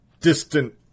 distant